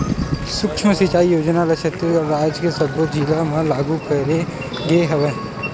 सुक्ष्म सिचई योजना ल छत्तीसगढ़ राज के सब्बो जिला म लागू करे गे हवय